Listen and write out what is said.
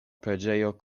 preĝejo